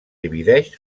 divideix